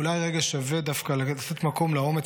אולי רגע שווה דווקא לעשות מקום לאומץ